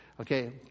okay